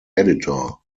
editor